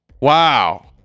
Wow